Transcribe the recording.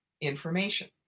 information